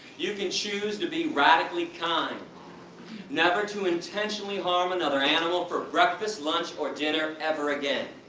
you can choose to be radically kind never to intentionally harm another animal for breakfast, lunch or dinner ever again.